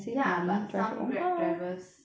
ya but some grab drivers